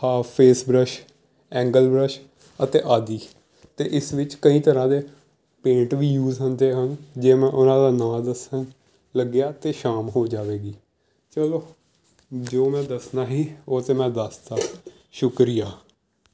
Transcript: half face brush angle brush ਅਤੇ ਆਦਿ ਅਤੇ ਇਸ ਵਿੱਚ ਕਈ ਤਰ੍ਹਾਂ ਦੇ ਪੇਂਟ ਵੀ ਯੂਜ ਹੁੰਦੇ ਹਨ ਜੇ ਮੈਂ ਉਹਨਾਂ ਦਾ ਨਾਂ ਦੱਸਣ ਲੱਗਿਆ ਤਾਂ ਸ਼ਾਮ ਹੋ ਜਾਵੇਗੀ ਚਲੋ ਜੋ ਮੈਂ ਦੱਸਣਾ ਸੀ ਉਹ ਤੇ ਮੈਂ ਦੱਸਤਾ ਸ਼ੁਕਰੀਆ